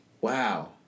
wow